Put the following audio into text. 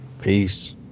Peace